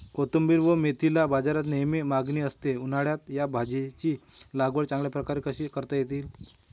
कोथिंबिर व मेथीला बाजारात नेहमी मागणी असते, उन्हाळ्यात या भाज्यांची लागवड चांगल्या प्रकारे कशी करता येईल?